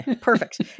Perfect